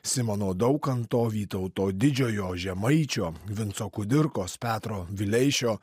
simono daukanto vytauto didžiojo žemaičio vinco kudirkos petro vileišio